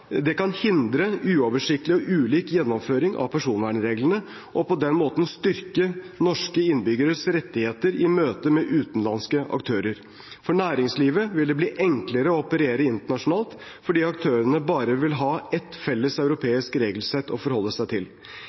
Den kan hindre uoversiktlig og ulik gjennomføring av personvernreglene og på den måten styrke norske innbyggeres rettigheter i møte med utenlandske aktører. For næringslivet vil det bli enklere å operere internasjonalt, fordi aktørene bare vil ha ett felles europeisk regelsett å forholde seg til.